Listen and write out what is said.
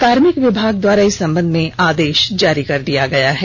कार्मिक विभाग द्वारा इस संबंध में आदेश जारी कर दिया गया है